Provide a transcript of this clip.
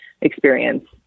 experience